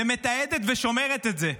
ומתעדת ושומרת את זה.